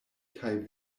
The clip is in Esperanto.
kaj